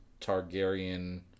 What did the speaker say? Targaryen